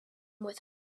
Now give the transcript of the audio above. with